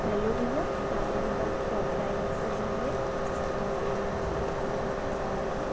hello भैया क्या मेरी बात कैब ड्राइवर से हुई है जिसका ऑटो मैंने सुबह बुक कराया था